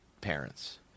parents